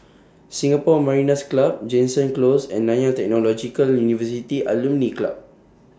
Singapore Mariners' Club Jansen Close and Nanyang Technological University Alumni Club